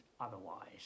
otherwise